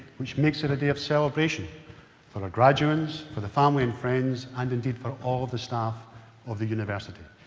which makes it a day of celebration for the graduands, for the family and friends and indeed for all the staff of the university.